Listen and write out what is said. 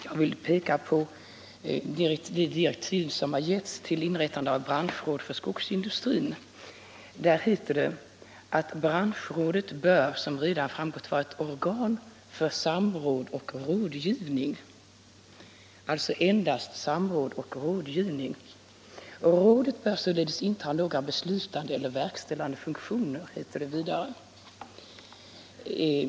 Jag vill peka på de direktiv som har getts i samband med inrättandet av ett branschråd för skogsindustrin. Där heter det att branschrådet bör vara ett organ för samråd och rådgivning — alltså endast ”samråd och rådgivning”. Rådet bör således inte ha några beslutande eller verkställande funktioner, heter det vidare.